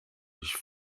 ich